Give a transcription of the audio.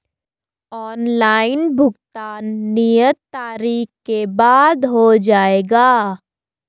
Online भुगतान नियत तारीख के बाद हो जाएगा?